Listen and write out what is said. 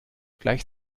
gleich